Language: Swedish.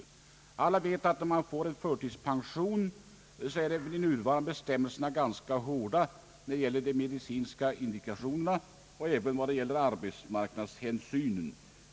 De nuvarande bestämmelserna för erhållande av förtidspension är som alla vet ganska hårda vad gäller medicinska indikationer och arbetsmarknadshänsyn.